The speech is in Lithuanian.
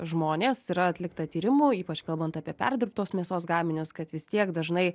žmonės yra atlikta tyrimų ypač kalbant apie perdirbtos mėsos gaminius kad vis tiek dažnai